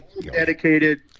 Dedicated